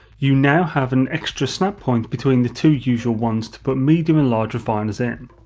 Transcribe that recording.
you now have an extra snap point between the two usual ones to put medium and large refiners in.